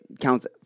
counts